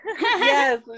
Yes